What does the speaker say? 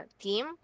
team